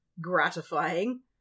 gratifying